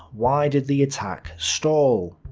why did the attack stall?